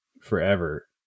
forever